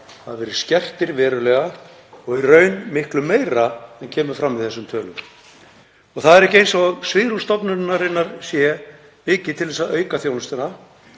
hafa verið skertir verulega og í raun miklu meira en kemur fram í þessum tölum. Það er ekki eins og svigrúm stofnunarinnar sé mikið til þess að auka þjónustuna.